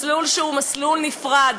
מסלול שהוא מסלול נפרד.